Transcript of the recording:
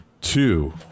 two